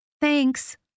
Thanks